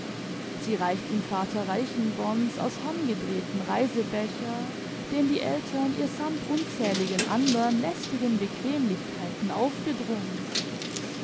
sie reicht ihm vater reichenborn's aus horn gedrehten reisebecher den die eltern ihr sammt unzähligen andern lästigen bequemlichkeiten aufgedrungen